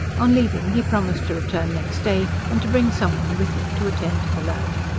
on leaving, he promised to return next day and to bring some one with him to attend to the lad.